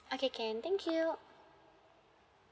okay can thank you